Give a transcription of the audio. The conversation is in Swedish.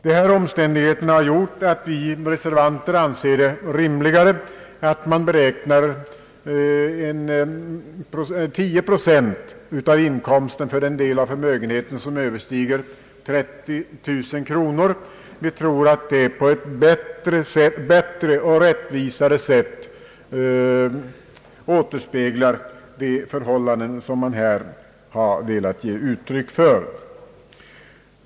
Dessa omständigheter har gjort att vi reservanter anser det rimligare att beräkna 10 procent av den del av förmögenheten som överstiger 30 000 kronor som inkomst. Vi tror att det på ett bättre och rättvisare sätt återspeglar de förhållanden som man här velat ge uttryck åt.